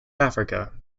africa